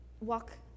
walk